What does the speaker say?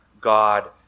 God